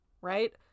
right